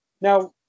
Now